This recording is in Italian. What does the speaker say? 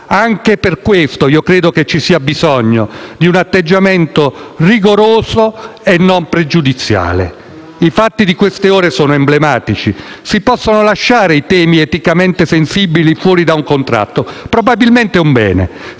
Anche per questo io credo che ci sia bisogno di un atteggiamento rigoroso e non pregiudiziale. I fatti di queste ore sono emblematici. Si possono lasciare i temi eticamente sensibili fuori da un contratto (e probabilmente è un bene).